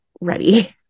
ready